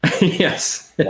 Yes